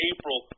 April